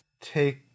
Take